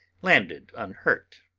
landed unhurt.